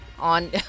On